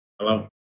Hello